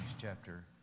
chapter